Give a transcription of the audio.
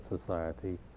society